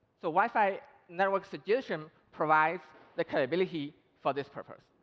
so wi-fi networksuggestion provides the capability for this purpose.